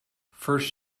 first